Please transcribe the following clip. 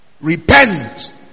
repent